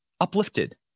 uplifted